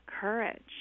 courage